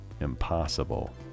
Impossible